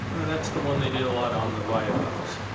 that's the one they did a lot on the viaducts.